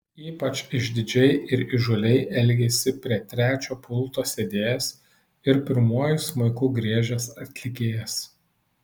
ypač išdidžiai ir įžūliai elgėsi prie trečio pulto sėdėjęs ir pirmuoju smuiku griežęs atlikėjas